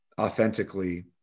authentically